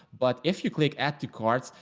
but if you click at the cards,